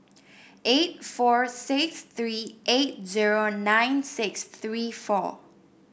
eight four six three eight zero nine six three four